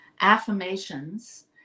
Affirmations